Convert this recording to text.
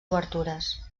obertures